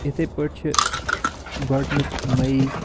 اِتھے پٲٹھی چھُ گۄڈنیُک مے